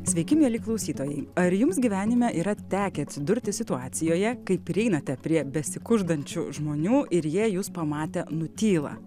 sveiki mieli klausytojai ar jums gyvenime yra tekę atsidurti situacijoje kai prieinate prie besikuždančių žmonių ir jie jus pamatę nutyla